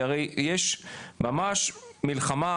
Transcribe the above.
כי הרי יש ממש מלחמה,